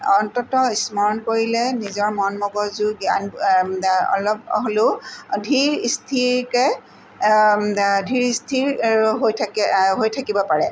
অন্ততঃ স্মৰণ কৰিলে নিজৰ মন মগজু জ্ঞান অলপ হ'লেও ধীৰ স্থিৰকৈ ধীৰ স্থিৰ হৈ থাকে হৈ থাকিব পাৰে